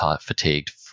fatigued